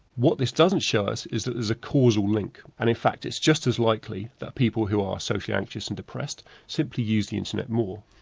what this doesn't show us is that there's a causal link. and in fact it's just as likely that people who are socially anxious and depressed simply use the internet more.